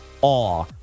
awe